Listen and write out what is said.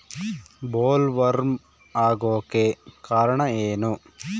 Bollworm ಆಗೋಕೆ ಕಾರಣ ಏನು?